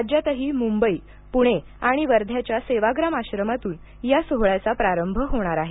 राज्यातही मुंबई प्रणे आणि वध्याच्या सेवाग्राम आश्रमातून या सोहळ्याचा प्रारंभ होणार आहे